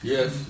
Yes